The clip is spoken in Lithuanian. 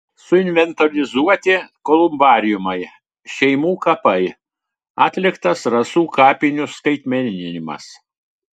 suinventorizuoti kolumbariumai šeimų kapai atliktas rasų kapinių skaitmeninimas